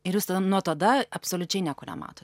ir jūs tada nuo tada absoliučiai nieko nematot